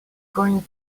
going